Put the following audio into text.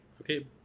okay